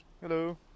Hello